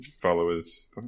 followers